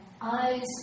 eyes